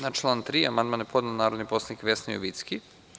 Na član 3. amandman je podnela narodni poslanik Vesna Jovicki.